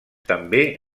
també